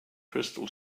crystal